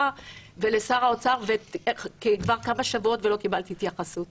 ולשר האוצר לפני כמה שבועות ולא קיבלתי התייחסות.